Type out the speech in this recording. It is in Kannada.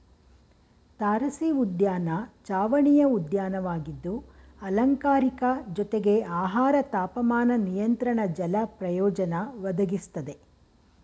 ತಾರಸಿಉದ್ಯಾನ ಚಾವಣಿಯ ಉದ್ಯಾನವಾಗಿದ್ದು ಅಲಂಕಾರಿಕ ಜೊತೆಗೆ ಆಹಾರ ತಾಪಮಾನ ನಿಯಂತ್ರಣ ಜಲ ಪ್ರಯೋಜನ ಒದಗಿಸ್ತದೆ